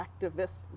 activist